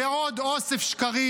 בעוד אוסף שקרים,